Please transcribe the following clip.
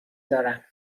دارم